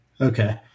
Okay